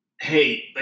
hey